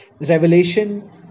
Revelation